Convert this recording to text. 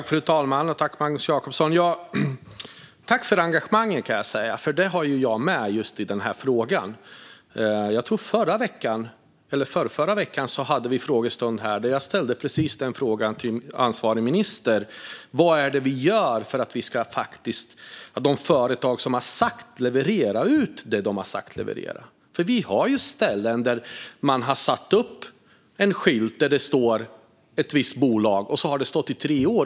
Fru talman! Tack för engagemanget, kan jag säga, för det har jag också i just denna fråga. Förra eller förrförra veckan hade vi en frågestund här då jag ställde precis denna fråga till ansvarig minister: Vad är det vi gör för att de företag som har sagt att de ska leverera något också ska leverera detta? Det finns ju ställen där man har satt upp en skylt som det står ett visst bolags namn på, och så har det stått i tre år.